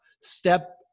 Step